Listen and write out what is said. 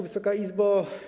Wysoka Izbo!